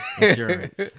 insurance